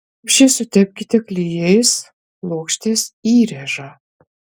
kruopščiai sutepkite klijais plokštės įrėžą